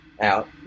out